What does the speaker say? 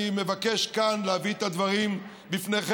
אני מבקש כאן להביא את הדברים בפניכם,